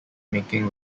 making